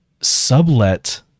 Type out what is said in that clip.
sublet